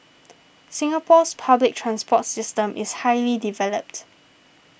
Singapore's public transport system is highly developed